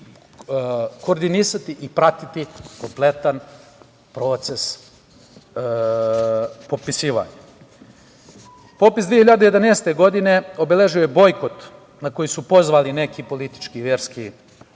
koordinisati i pratiti kompletan proces popisivanja. Popis 2011. godine, obeležio je bojkot na koji su pozvali neki politički, verski